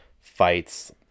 fights